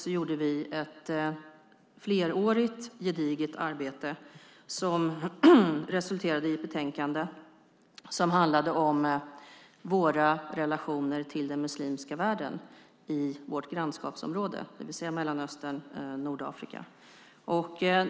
Då gjorde vi ett flerårigt, gediget arbete som resulterade i ett betänkande om våra relationer till den muslimska världen i vårt grannområde, det vill säga Mellanöstern och Nordafrika.